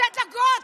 זה דגות,